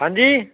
ਹਾਂਜੀ